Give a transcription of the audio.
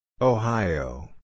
Ohio